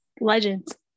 legends